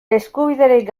eskubiderik